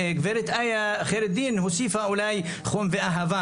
וגברת איה חיראדין הוסיפה אולי חום ואהבה,